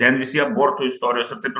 ten visi abortų istorijos ir taip toliau